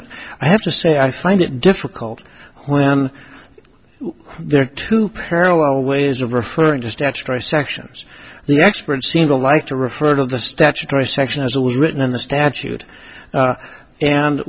it i have to say i find it difficult when there are two parallel ways of referring just extra sections the experts seem to like to refer to the statutory section as it was written in the statute and